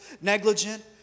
negligent